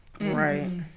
right